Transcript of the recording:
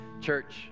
Church